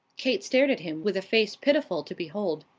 kate stared at him with a face pitiful to behold.